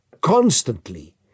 constantly